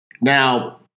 Now